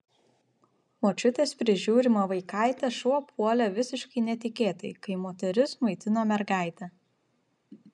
močiutės prižiūrimą vaikaitę šuo puolė visiškai netikėtai kai moteris maitino mergaitę